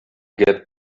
get